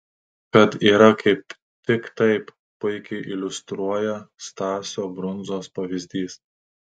kad yra kaip tik taip puikiai iliustruoja stasio brundzos pavyzdys